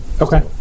Okay